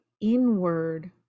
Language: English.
inward